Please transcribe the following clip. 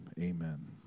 amen